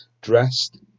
dressed